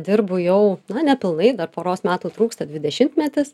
dirbu jau na nepilnai dar poros metų trūksta dvidešimtmetis